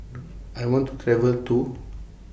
I want to travel to